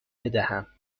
بدم